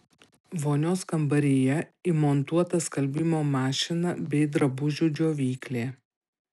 vonios kambaryje įmontuota skalbimo mašina bei drabužių džiovyklė